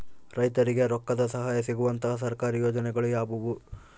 ರೈತರಿಗೆ ರೊಕ್ಕದ ಸಹಾಯ ಸಿಗುವಂತಹ ಸರ್ಕಾರಿ ಯೋಜನೆಗಳು ಯಾವುವು?